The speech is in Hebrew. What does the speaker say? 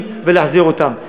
ולהחזיר אותם.